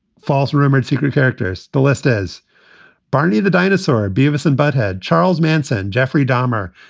false rumors, secret characters. the list as barney the dinosaur, beavis and butthead. charles manson, jeffrey dahmer.